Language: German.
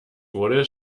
wurde